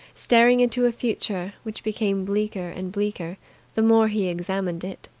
staring into a future which became bleaker and bleaker the more he examined it.